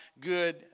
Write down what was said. good